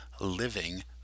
Living